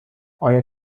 آیا